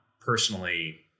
personally